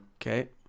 Okay